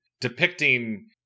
depicting